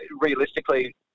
realistically